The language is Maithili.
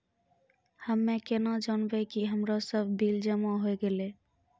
हम्मे केना जानबै कि हमरो सब बिल जमा होय गैलै?